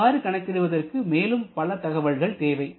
அவ்வாறு கணக்கிடுவதற்கு மேலும் பல தகவல்கள் தேவை